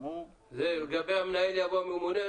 לגבי המנהל, יבוא הממונה.